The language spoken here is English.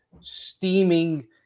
steaming